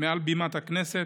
מעל במת הכנסת.